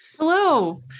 Hello